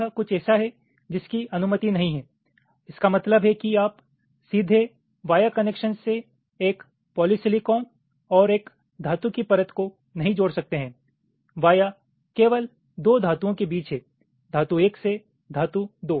अब यह कुछ ऐसा है जिसकी अनुमति नहीं है इसका मतलब है कि आप सीधे वाया कनेक्शन से एक पॉलीसिलिकॉन और एक धातु की परत को नहीं जोड़ सकते हैं वाया केवल दो धातुओं के बीच है धातु एक से धातु दो